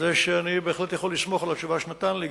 אני בהחלט יכול לסמוך על התשובה שהוא נתן לי,